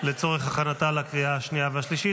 לצורך הכנתה לקריאה השנייה והשלישית.